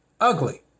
ugly